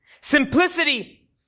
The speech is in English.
Simplicity